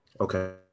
Okay